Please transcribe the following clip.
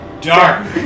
dark